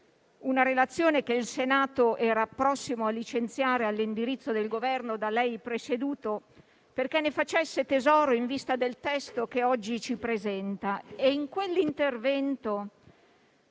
una relazione che il Senato era prossimo a licenziare all'indirizzo del Governo da lei presieduto perché ne facesse tesoro in vista del testo che oggi ci presenta. In quell'intervento